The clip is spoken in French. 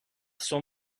son